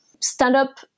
stand-up